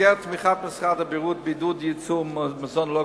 במסגרת תמיכת משרד הבריאות בעידוד ייצור מזון ללא